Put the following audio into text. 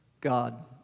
God